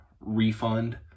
refund